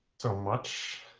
so much.